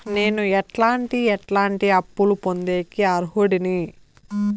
నేను ఎట్లాంటి ఎట్లాంటి అప్పులు పొందేకి అర్హుడిని?